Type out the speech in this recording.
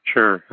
Sure